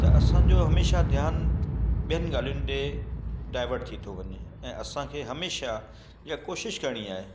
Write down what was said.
त असांजो हमेशह ध्यानु ॿियनि ॻाल्हियुनि ॾे डाइवर्ट थी थो वञे ऐं असांखे हमेशह इहा कोशिश करिणी आहे